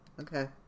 Okay